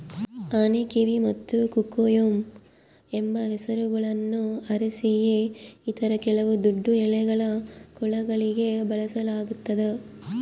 ಆನೆಕಿವಿ ಮತ್ತು ಕೊಕೊಯಮ್ ಎಂಬ ಹೆಸರುಗಳನ್ನು ಅರೇಸಿಯ ಇತರ ಕೆಲವು ದೊಡ್ಡಎಲೆಗಳ ಕುಲಗಳಿಗೆ ಬಳಸಲಾಗ್ತದ